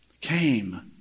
came